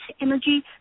energy